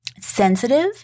sensitive